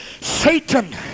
satan